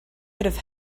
have